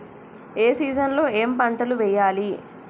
ఏ season లో ఏం పంటలు వెయ్యాలి?